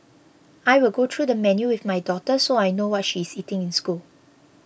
I will go through the menu with my daughter so I know what she is eating in school